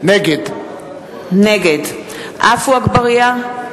נגד עפו אגבאריה,